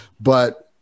but-